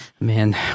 man